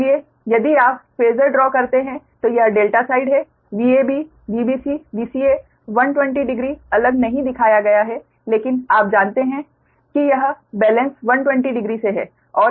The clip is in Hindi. इसलिए यदि आप फेसर ड्रा करते हैं तो यह डेल्टा साइड है Vab Vbc Vca 120 डिग्री अलग नहीं दिखाया गया है लेकिन आप जानते हैं कि यह बेलेन्स 120 डिग्री से है